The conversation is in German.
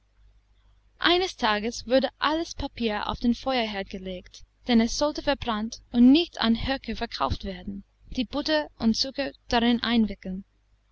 eines tages wurde alles papier auf den feuerherd gelegt denn es sollte verbrannt und nicht an höker verkauft werden die butter und zucker darin einwickeln